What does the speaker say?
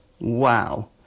Wow